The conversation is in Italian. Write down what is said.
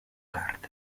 card